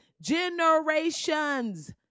generations